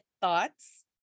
thoughts